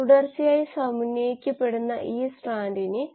നമ്മൾ ഈ സമവാക്യം മാറ്റി എല്ലാ മൈനസ് 1 കളും 1 ആയി മാറി